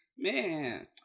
Man